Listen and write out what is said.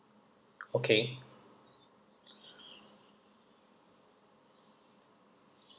okay